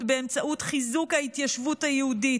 באמצעות חיזוק ההתיישבות היהודית,